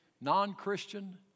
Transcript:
Non-Christian